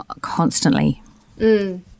constantly